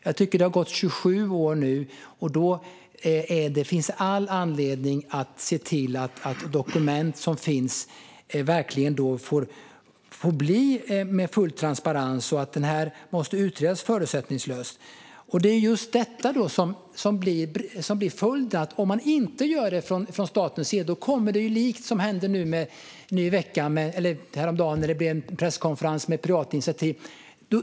Det har nu gått 27 år. Det finns all anledning att se till att dokument som finns verkligen får full transparens. Det här måste utredas förutsättningslöst. Det är just detta som blir följden. Om man inte gör detta från statens sida kommer det att bli likt det som hände häromdagen, när det blev en presskonferens på privat initiativ.